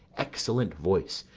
excellent voice,